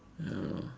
ya lor